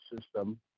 system